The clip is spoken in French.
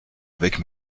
avec